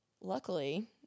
luckily